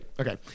Okay